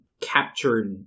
captured